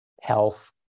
health